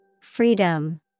Freedom